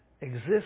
exist